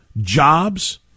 Jobs